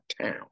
town